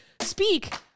speak